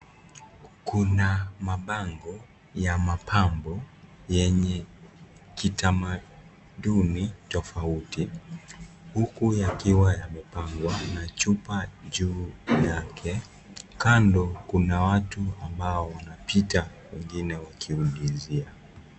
Kuna mabango ya mapambo yenye kitamaduni tofauti huku yakiwa yamepangwa chupa juu yake. Kando kuna watu ambao wanapita wengine wakiulizia.